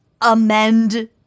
amend